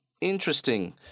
Interesting